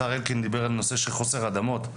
השר אלקין דיבר על הנושא של חוסר אדמות.